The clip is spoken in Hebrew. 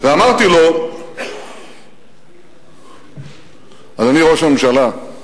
ואמרתי לו: אדוני ראש הממשלה,